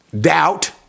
doubt